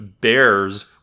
bears